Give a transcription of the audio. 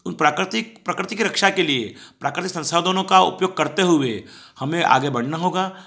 उन प्राकृतिक प्रकृति की रक्षा के लिए प्राकृतिक संसाधनों का उपयोग करते हुए हमें आगे बढ़ना होगा